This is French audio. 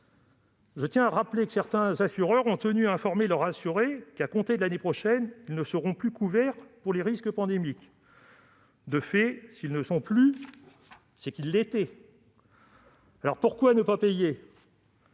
de s'en saisir. Certains assureurs ont tenu à informer leurs assurés que, à compter de l'année prochaine, ils ne seraient plus couverts pour les risques pandémiques. De fait, s'ils ne le sont plus, c'est qu'ils l'étaient ... Pourquoi alors ne pas payer ?